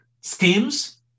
schemes